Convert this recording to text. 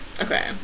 Okay